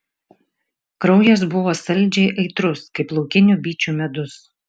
kraujas buvo saldžiai aitrus kaip laukinių bičių medus